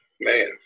Man